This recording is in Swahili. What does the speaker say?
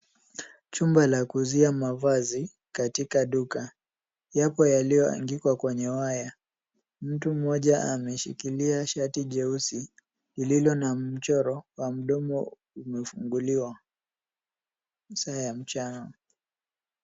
Jumba la kuuzia mavazi katika duka. Yapo yaliyoanikwa kwenye waya. Mtu mmoja ameshikilia shati jeusi lililo na mchoro wa mdomo umefunguliwa . Masaa ya mchana.